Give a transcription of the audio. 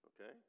Okay